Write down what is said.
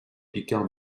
picard